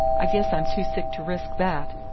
i guess i'm too sick to risk that.